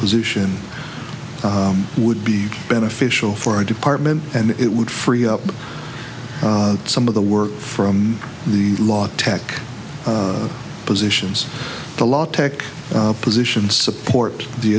position would be beneficial for our department and it would free up some of the work from the law tech positions the law tech position support the